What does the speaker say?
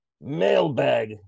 Mailbag